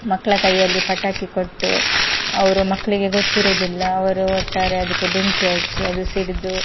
ಮಕ್ಕಳ ಕೈಯಲ್ಲಿ ಪಟಾಕಿ ಕೊಟ್ಟು ಅವರು ಮಕ್ಕಳಿಗೆ ಗೊತ್ತಿರುವುದಿಲ್ಲ ಅವರು ಒಟ್ಟಾರೆ ಅದಕ್ಕೆ ಬೆಂಕಿ ಹಚ್ಚಿ ಅದು ಸಿಡಿದು